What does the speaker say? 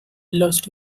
lost